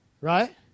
Right